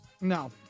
No